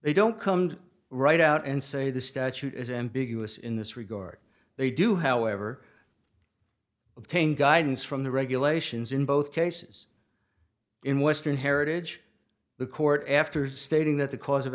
they don't come right out and say the statute is ambiguous in this regard they do however obtain guidance from the regulations in both cases in western heritage the court after stating that the cause of